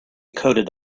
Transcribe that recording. coated